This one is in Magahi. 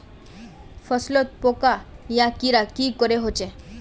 फसलोत पोका या कीड़ा की करे होचे?